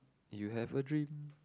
you have a dream